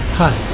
hi